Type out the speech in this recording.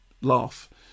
laugh